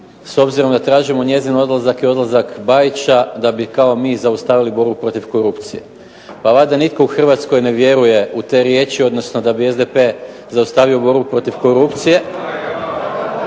s obzirom da tražimo njezin odlazak i odlazak Bajića da bi kao mi zaustavili borbu protiv korupcije. Pa valjda nitko u Hrvatskoj ne vjeruje u te riječi, odnosno da bi SDP zaustavio borbu protiv korupcije.